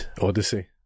Odyssey